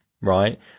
right